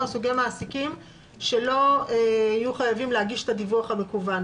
סוגי מעסיקים שלא יהיו חייבים להגיש את הדיווח המקוון.